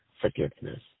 forgiveness